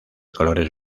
colores